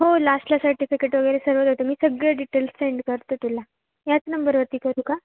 हो लास्टला सर्टिफिकेट वगैरे सगळं देतो मी सगळे डिटेल्स सेंड करतो तुला याच नंबरवरती करू का